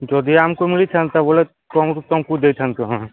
ଯଦି ଆମକୁ ମିଳିଥାଆନ୍ତା ବୋଲେ ତୁମକୁ ତୁମକୁ ଦେଇଥାଆନ୍ତୁ ଆମେ